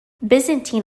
byzantine